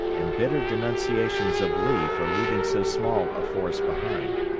and bitter denunciations of lee for leaving so small a force behind.